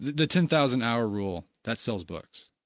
the ten thousand hour rule, that sells books?